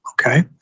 Okay